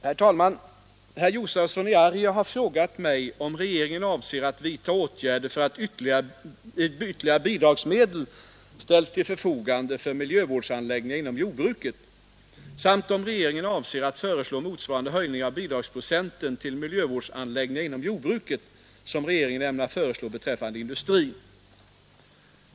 Herr talman! Herr Josefson i Arrie har frågat mig om regeringen avser att vidtaga åtgärder för att ytterligare bidragsmedel ställs till förfogande för miljövårdsanläggningar inom jordbruket samt om regeringen avser att föreslå motsvarande höjning av bidragsprocenten till miljövårdsanläggningar inom jordbruket som regeringen ämnar föreslå beträffande industrin.